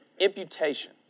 Imputation